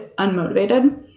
unmotivated